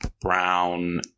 Brown